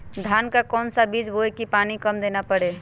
धान का कौन सा बीज बोय की पानी कम देना परे?